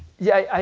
yeah,